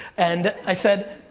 and i said,